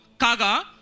Kaga